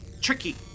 Tricky